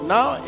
Now